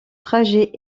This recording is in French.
trajet